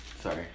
Sorry